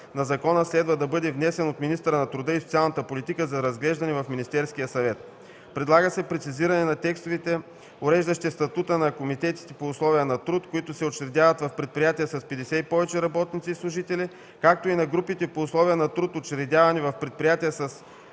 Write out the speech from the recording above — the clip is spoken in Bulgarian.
на закона следва да бъде внесен от министъра на труда и социалната политика за разглеждане в Министерския съвет. Предлага се прецизиране на текстовете, уреждащи статута на комитетите по условия на труд, които се учредяват в предприятия с 50 и повече работници и служители, както и на групите по условия на труд, учредявани в предприятия с